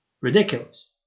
Ridiculous